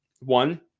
One